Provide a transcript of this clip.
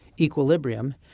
equilibrium